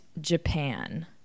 Japan